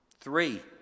Three